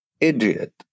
idiot